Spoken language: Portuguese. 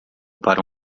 para